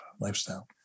lifestyle